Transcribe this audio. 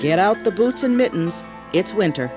get out the boats and mittens it's winter